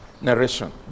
narration